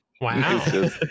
Wow